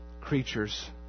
creatures